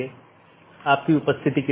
इसके साथ ही आज अपनी चर्चा समाप्त करते हैं